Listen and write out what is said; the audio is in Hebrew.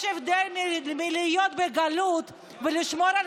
יש הבדל בין להיות בגלות ולשמור על